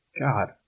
God